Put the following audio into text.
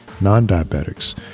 non-diabetics